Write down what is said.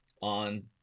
on